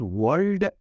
world